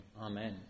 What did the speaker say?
Amen